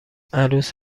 عروس